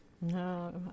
No